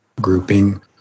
grouping